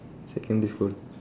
secondary school